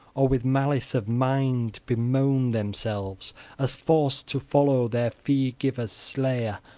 or with malice of mind bemoan themselves as forced to follow their fee-giver's slayer,